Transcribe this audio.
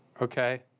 Okay